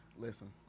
Listen